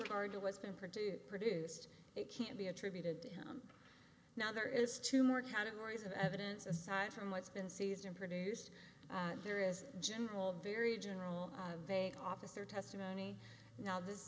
regard to what's been produced produced it can be attributed to him now there is two more categories of evidence aside from what's been seized and produced there is general very general a vague officer testimony now this